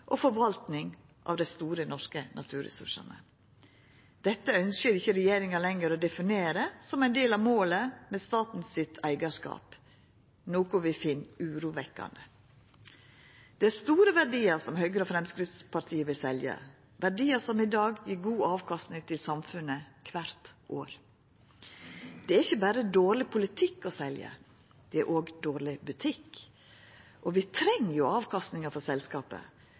og forvaltning av dei store norske naturressursane. Dette ønskjer ikkje regjeringa lenger å definera som ein del av målet med staten sitt eigarskap, noko vi finn urovekkjande. Det er store verdiar som Høgre og Framstegspartiet vil selja, verdiar som i dag gjev god avkastning til samfunnet kvart år. Det er ikkje berre dårleg politikk å selja, det er òg dårleg butikk, og vi treng avkastninga frå selskapet.